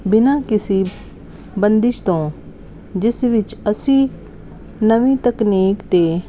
ਬਿਨਾਂ ਕਿਸੀ ਬੰਦਿਸ਼ ਤੋਂ ਜਿਸ ਵਿੱਚ ਅਸੀਂ ਨਵੀਂ ਤਕਨੀਕ 'ਤੇ